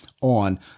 on